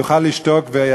יוכל לשתוק.